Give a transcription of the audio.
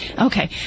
Okay